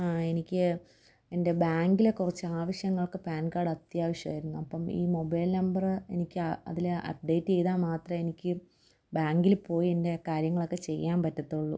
ആ എനിക്ക് എൻ്റെ ബാങ്കിലെ കുറച്ച് ആവശ്യങ്ങൾക്ക് പാൻ കാർഡ് അത്യാവശ്യമായിരുന്നു അപ്പോള് ഈ മൊബൈൽ നമ്പര് എനിക്ക് അതില് അപ്ഡേറ്റെയ്താൽ മാത്രമേ എനിക്ക് ബാങ്കില് പോയി എൻ്റെ കാര്യങ്ങളൊക്കെ ചെയ്യാൻ പറ്റത്തുള്ളൂ